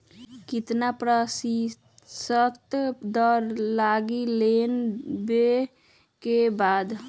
कितना प्रतिशत दर लगी लोन लेबे के बाद?